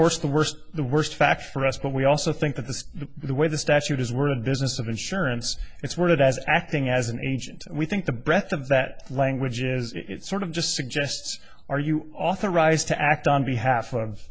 course the worst the worst fact for us but we also think that the the way the statute is we're in business of insurance it's worded as acting as an agent we think the breath of that language is sort of just suggests are you authorized to act on behalf of